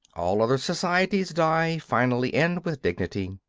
all other societies die finally and with dignity.